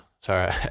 sorry